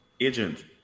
agent